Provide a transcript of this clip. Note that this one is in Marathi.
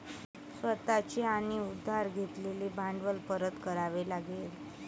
स्वतः चे आणि उधार घेतलेले भांडवल परत करावे लागेल